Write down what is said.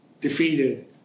defeated